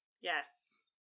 Yes